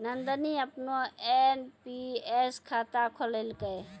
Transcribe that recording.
नंदनी अपनो एन.पी.एस खाता खोललकै